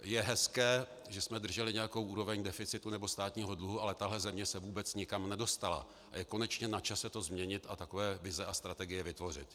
Je hezké, že jsme drželi nějakou úroveň deficitu nebo státního dluhu, ale tahle země se vůbec nikam nedostala a je konečně načase to změnit a takové vize a strategie vytvořit.